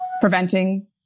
preventing